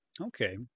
Okay